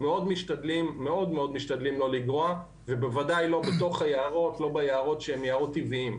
מאוד מאוד משתדלים לא לגרוע ובוודאי לא בתוך היערות שהם יערות טבעיים,